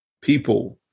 people